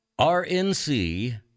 rnc